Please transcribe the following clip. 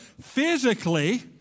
physically